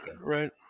right